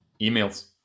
emails